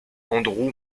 andrew